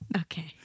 Okay